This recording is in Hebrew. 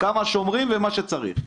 כמה שומרים ומה שצריך,